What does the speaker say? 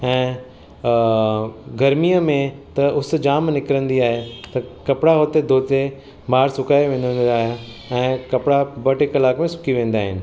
ऐं अ गरमीअ में त उसु जाम निकिरंदी आहे त कपिड़ा उते धोते मां सुकाए वेंदो आहियां ऐं कपिड़ा ॿ टे कलाक में सुकि वेंदा आहिनि